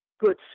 good